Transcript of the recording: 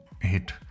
hit